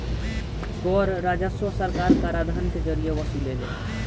कर राजस्व सरकार कराधान के जरिए वसुलेले